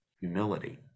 humility